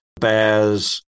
Baz